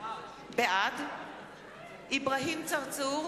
בעד אברהים צרצור,